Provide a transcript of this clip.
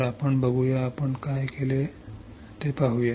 तर आपण बघूया आपण काय केले ते पाहूया